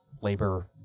labor